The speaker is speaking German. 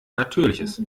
natürliches